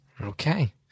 Okay